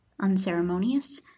unceremonious